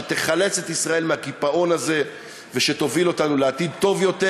שתחלץ את ישראל מהקיפאון הזה ותוביל אותנו לעתיד טוב יותר,